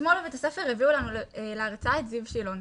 אתמול בבית-הספר הביאו לנו להרצאה את זיו שילון.